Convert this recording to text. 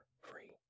free